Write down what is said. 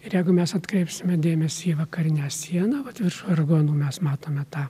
ir jeigu mes atkreipsime dėmesį į vakarinę sieną vat virš vargonų mes matome tą